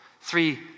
three